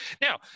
now